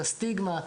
הסטיגמה,